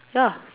ya